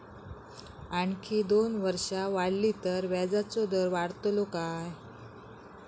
आणखी दोन वर्षा वाढली तर व्याजाचो दर वाढतलो काय?